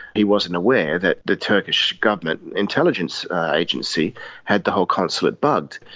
he wasn't aware that the turkish government intelligence agency had the whole consulate bugged.